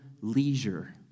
leisure